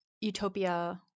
Utopia